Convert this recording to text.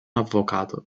avvocato